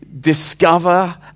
discover